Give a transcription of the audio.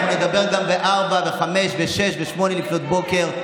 אנחנו נדבר גם ב-04:00 ו-05:00 ו-06:00 ו-08:00.